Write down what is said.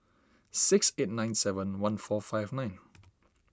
six eight nine seven one four five nine